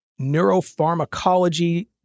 Neuropharmacology